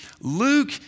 Luke